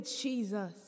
Jesus